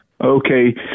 Okay